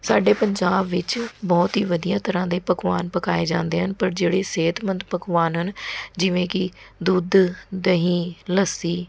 ਸਾਡੇ ਪੰਜਾਬ ਵਿੱਚ ਬਹੁਤ ਹੀ ਵਧੀਆ ਤਰ੍ਹਾਂ ਦੇ ਪਕਵਾਨ ਪਕਾਏ ਜਾਂਦੇ ਹਨ ਪਰ ਜਿਹੜੇ ਸਿਹਤਮੰਦ ਪਕਵਾਨ ਹਨ ਜਿਵੇਂ ਕਿ ਦੁੱਧ ਦਹੀਂ ਲੱਸੀ